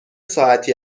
ساعتی